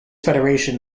federation